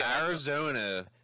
Arizona